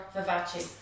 Vivace